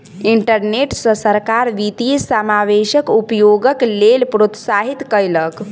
internet सॅ सरकार वित्तीय समावेशक उपयोगक लेल प्रोत्साहित कयलक